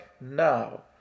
now